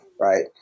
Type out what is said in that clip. Right